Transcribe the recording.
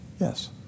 Yes